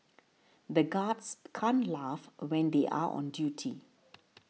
the guards can't laugh when they are on duty